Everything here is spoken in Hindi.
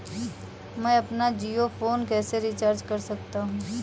मैं अपना जियो फोन कैसे रिचार्ज कर सकता हूँ?